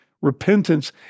repentance